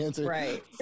right